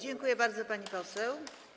Dziękuję bardzo, pani poseł.